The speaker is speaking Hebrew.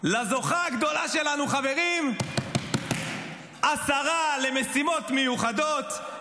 לזוכה הגדולה שלנו חברים: השרה למשימות מיוחדות,